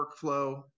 workflow